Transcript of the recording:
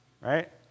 Right